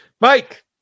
Mike